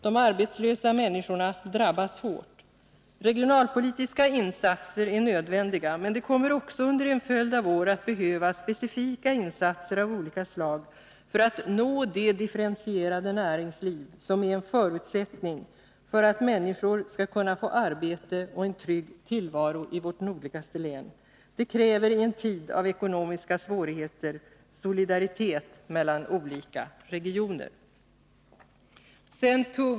De arbetslösa människorna drabbas hårt. Regionalpolitiska insatser är nödvändiga, men det kommer också under en följd av år att behövas specifika insatser av olika slag för att nå det differentierade näringsliv som är en förutsättning för att människor skall kunna få arbete och en trygg tillvaro i vårt nordligaste län. Det kräver i en tid av ekonomiska svårigheter solidaritet mellan olika regioner.